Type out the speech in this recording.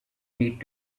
need